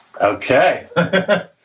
Okay